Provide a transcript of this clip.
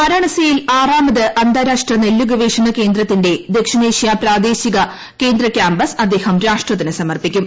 വാരാണസിയിൽ ആറാമത് അന്താരാഷ്ട്ര നെല്ലുഗവേഷണ കേന്ദ്രത്തിന്റെ ദക്ഷിണേഷ്യ പ്രാദേശികകേന്ദ്ര ക്യാമ്പസ് അദ്ദേഹം രാഷ്ട്രത്തിനു സമർപ്പിക്കും